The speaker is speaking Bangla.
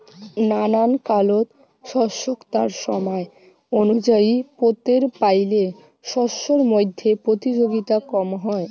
নানান কালত শস্যক তার সমায় অনুযায়ী পোতের পাইলে শস্যর মইধ্যে প্রতিযোগিতা কম হয়